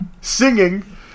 Singing